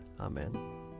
Amen